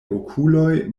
okuloj